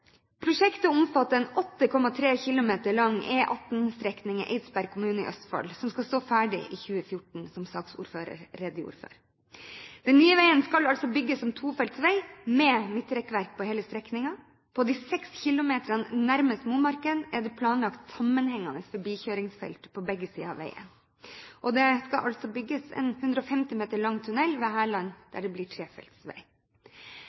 Prosjektet omfatter en 8,3 km lang E18-strekning i Eidsberg kommune i Østfold, som skal stå ferdig i 2014, som saksordføreren redegjorde for. Den nye veien skal bygges som tofelts vei med midtrekkverk på hele strekningen. På de 6 km nærmest Momarken er det planlagt sammenhengende forbikjøringsfelt på begge sider av veien. Det skal altså bygges en 150 meter lang tunnel ved Hærland, der det blir trefelts vei.